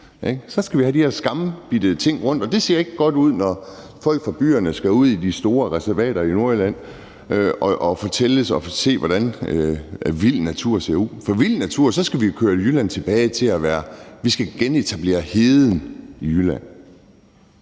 Så skal vi have de her skambidte dyr rundtomkring, og det ser ikke godt ud, når folk fra byerne skal ud i de store reservater i Nordjylland og fortælles om og se, hvordan vild natur ser ud. For skal vi have vild natur, skal vi genetablere heden i Jylland.